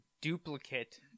duplicate